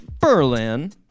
Berlin